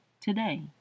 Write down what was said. today